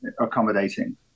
accommodating